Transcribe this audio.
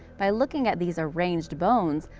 by looking at these arranged bones,